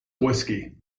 whiskey